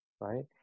Right